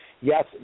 yes